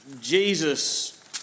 Jesus